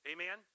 Amen